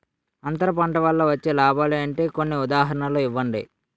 అంతర పంట వల్ల వచ్చే లాభాలు ఏంటి? కొన్ని ఉదాహరణలు ఇవ్వండి?